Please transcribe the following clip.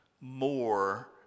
more